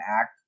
act